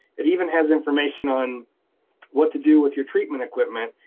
it even has information on what to do with your treatment equipment.